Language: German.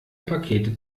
pakete